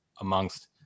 amongst